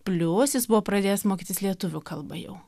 plius jis buvo pradėjęs mokytis lietuvių kalba jau